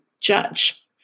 judge